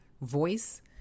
voice